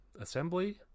assembly